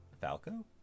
Falco